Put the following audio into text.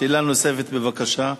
שאלה נוספת, בבקשה.